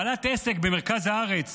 בעלת עסק במרכז הארץ